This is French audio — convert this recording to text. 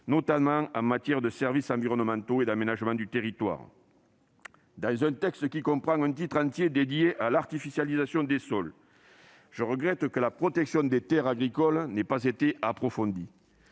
notamment en matière de services environnementaux et d'aménagement du territoire. Dans un texte comprenant un titre entier dédié à l'artificialisation des sols, je regrette que la protection des terres agricoles n'ait pas été approfondie.